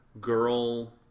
girl